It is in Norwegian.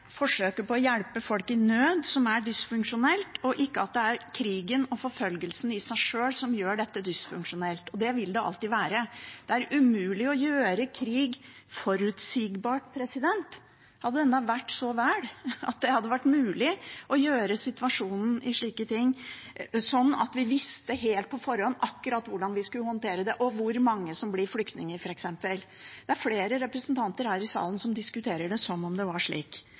krigen og forfølgelsen i seg sjøl som gjør dette dysfunksjonelt. Det vil det alltid være. Det er umulig å gjøre krig forutsigbar. Hadde det enda vært så vel at det hadde vært mulig å gjøre situasjonen sånn at vi visste på forhånd akkurat hvordan vi skulle håndtere den, og f.eks. hvor mange som ville bli flyktninger. Det er flere representanter her i salen som diskuterer dette som om det var